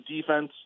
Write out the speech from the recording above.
defense